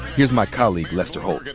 here's my colleague, lester holt.